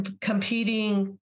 competing